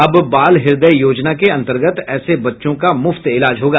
अब बाल हृदय योजना के अंतर्गत ऐसे बच्चों का मुफ्त इलाज होगा